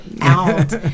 out